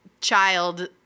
child